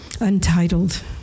untitled